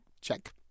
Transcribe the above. check